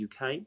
uk